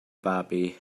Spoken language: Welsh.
babi